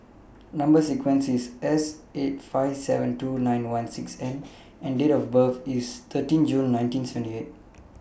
Number sequence IS S eight five seven two nine one six N and Date of birth IS thirteen June nineteen seventy eight